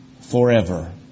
forever